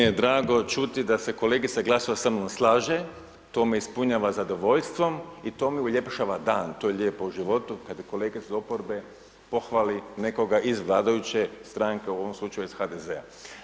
Meni je drago čuti da se kolegica Glasovac sa mnom slaže, to me ispunjava zadovoljstvom i to mi uljepšava dan, to je lijepo u životu, kad kolega iz oporbe pohvali nekoga iz vladajuće stranke, u ovom slučaju iz HDZ-a.